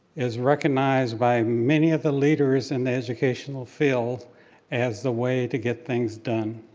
is recognized by many of the leaders in the educational field as the way to get things done.